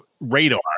radar